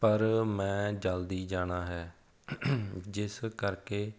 ਪਰ ਮੈਂ ਜਲਦੀ ਜਾਣਾ ਹੈ ਜਿਸ ਕਰਕੇ